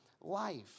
life